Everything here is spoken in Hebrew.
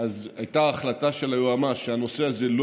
אז הייתה החלטה של היועמ"ש שהנושא הזה לא